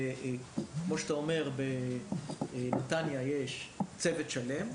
בנתניה, כמו שאתה אומר, יש צוות שלם.